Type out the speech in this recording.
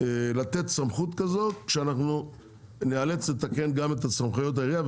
לתת סמכות כזאת כשאנחנו ניאלץ לתקן גם את סמכויות העירייה,